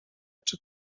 czy